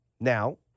Now